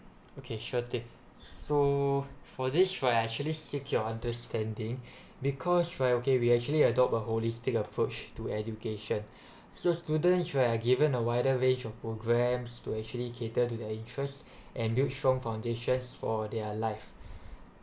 okay sure thing so for this right I actually seek your understanding because right okay we're actually adopt a holistic approach to education so student you‘re given a wider range of programs to actually cater to their interest and build strong foundations for their life